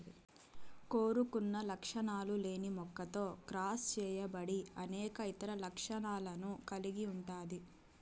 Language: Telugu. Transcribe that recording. కోరుకున్న లక్షణాలు లేని మొక్కతో క్రాస్ చేయబడి అనేక ఇతర లక్షణాలను కలిగి ఉంటాది